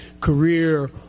career